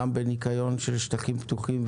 גם בניקיון של שטחים פתוחים,